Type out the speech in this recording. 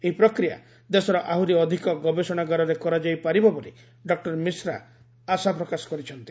ଏହି ପ୍ରକ୍ରିୟା ଦେଶର ଆହୁରି ଅଧିକ ଗବେଷଣାଗାରରେ କରାଯାଇ ପାରିବ ବୋଲି ଡକ୍ଟର ମିଶ୍ରା ଆଶା ପ୍ରକାଶ କରିଛନ୍ତି